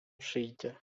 przyjdzie